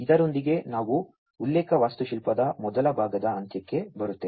ಇದರೊಂದಿಗೆ ನಾವು ಉಲ್ಲೇಖ ವಾಸ್ತುಶಿಲ್ಪದ ಮೊದಲ ಭಾಗದ ಅಂತ್ಯಕ್ಕೆ ಬರುತ್ತೇವೆ